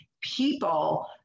people